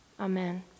Amen